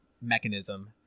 mechanism